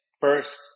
first